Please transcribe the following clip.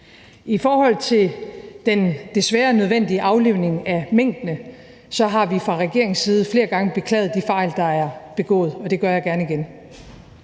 I forhold til den desværre nødvendige aflivning af minkene har vi fra regeringens side flere gange beklaget de fejl, der er begået, og det gør jeg gerne igen.